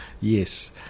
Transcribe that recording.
yes